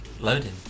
loading